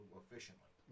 efficiently